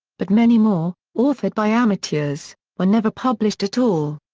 but many more, authored by amateurs, were never published at all.